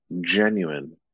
genuine